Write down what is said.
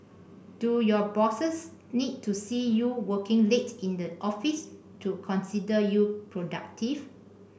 do your bosses need to see you working late in the office to consider you productive